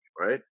right